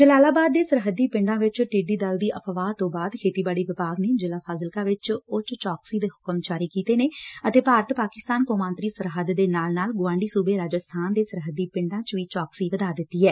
ਜਲਾਲਾਬਾਦ ਦੇ ਸਰਹੱਦੀ ਪਿੰਡਾ ਵਿਚ ਟਿੱਡੀ ਦਲ ਦੀ ਅਫ਼ਵਾਹ ਤੋ ਬਾਅਦ ਖੇਤੀਬਾੜੀ ਵਿਭਾਗ ਨੇ ਜ਼ਿਲੁਾ ਫ਼ਾਜ਼ਿਲਕਾ ਵਿਚ ਉੱਚ ਚੌਕਸੀ ਦੇ ਹੁਕਮ ਜਾਰੀ ਕੀਤੇ ਨੇ ਅਤੇ ਭਾਰਤ ਪਾਕਿਸਤਾਨ ਕੌਮਾਤਰੀ ਸਰਹੱਦ ਦੇ ਨਾਲ ਨਾਲ ਗੁਆਂਢੀ ਸੁਬੇ ਰਾਜਸਬਾਨ ਦੇ ਸਰਹੱਦੀ ਪਿੰਡਾਂ ਵਿਚ ਵੀ ਚੌਕਸੀ ਵਧਾ ਦਿੱਤੀ ਗਈ ਐ